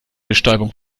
bestäubung